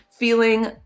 Feeling